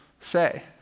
say